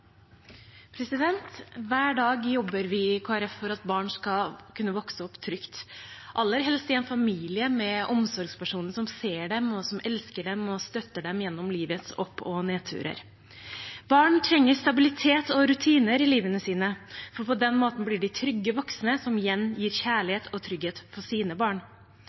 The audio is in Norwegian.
Hver dag jobber vi i Kristelig Folkeparti for at barn skal kunne vokse opp trygt, aller helst i en familie med omsorgspersoner som ser dem, og som elsker dem og støtter dem gjennom livets opp- og nedturer. Barn trenger stabilitet og rutiner i livet sitt, for på den måten blir de trygge voksne, som igjen gir kjærlighet og trygghet til sine barn.